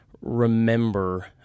remember